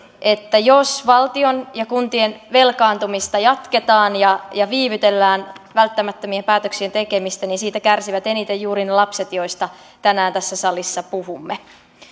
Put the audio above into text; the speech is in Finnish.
että jos valtion ja kuntien velkaantumista jatketaan ja ja viivytellään välttämättömien päätöksien tekemistä niin siitä kärsivät eniten juuri ne lapset joista tänään tässä salissa puhumme